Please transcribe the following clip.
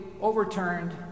overturned